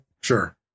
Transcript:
Sure